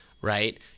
right